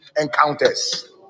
encounters